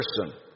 person